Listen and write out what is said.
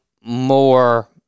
more